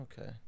Okay